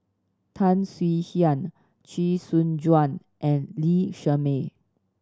Tan Swie Hian Chee Soon Juan and Lee Shermay